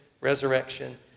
resurrection